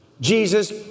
Jesus